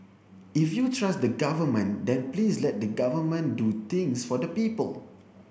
if you trust the Government then please let the Government do things for the people